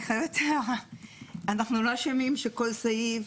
אנחנו לא שומעים שכל סעיף,